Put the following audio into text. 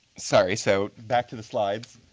sorry. so back to the slides.